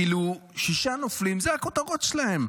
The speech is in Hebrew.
כאילו, שישה נופלים, ואלו הכותרות שלהם.